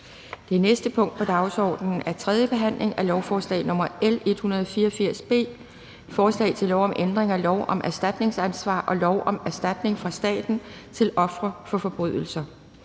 optrykt efter 2. behandling). 27) 3. behandling af lovforslag nr. L 184 B: Forslag til lov om ændring af lov om erstatningsansvar og lov om erstatning fra staten til ofre for forbrydelser.